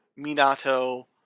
Minato